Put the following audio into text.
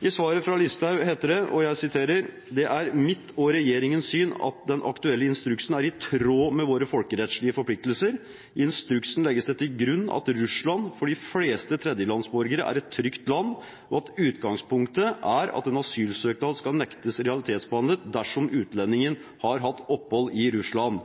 I svaret fra Listhaug heter det: «Det er mitt og Regjeringens syn at den aktuelle instruksen er i tråd med våre folkerettslige forpliktelser. I instruksen legges det til grunn at Russland for de fleste tredjelandsborgere er et trygt land, og at utgangspunktet er at en asylsøknad skal nektes realitetsbehandlet dersom utlendingen har hatt opphold i Russland.